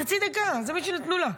חצי דקה, זה מה שנתנו לה.